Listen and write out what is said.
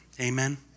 Amen